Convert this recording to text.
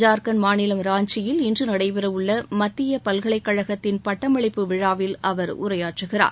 ஜார்கண்ட் மாநிலம் ராஞ்சியில் இன்று நடைபெறவுள்ள மத்திய பல்கலைக்கழகத்தின் பட்டமளிப்பு விழாவில் அவர் உரையாற்றுகிறார்